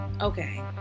Okay